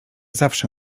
zawsze